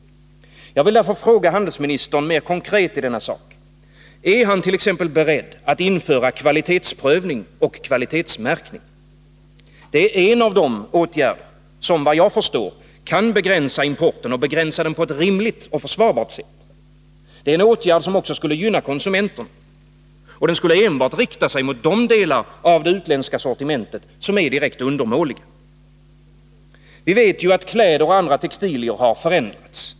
Jag vill därför fråga handelsministern mer konkret i denna sak: Är handelsministern t.ex. beredd att införa kvalitetsprövning och kvalitetsmärkning? Det är en av de åtgärder som, vad jag förstår, kan begränsa importen på ett rimligt och försvarbart sätt. Det är en åtgärd som skulle gynna också konsumenterna. Den skulle enbart rikta sig mot de delar av det utländska sortimentet som är direkt undermåliga. Vi vet ju att kläder och andra textilier har förändrats.